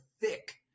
thick